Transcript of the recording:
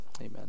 amen